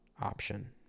option